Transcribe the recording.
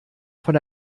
von